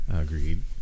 Agreed